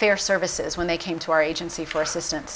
fair services when they came to our agency for assistance